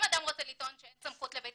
אם אדם רוצה לטעון שאין סמכות לבית